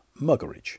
Muggeridge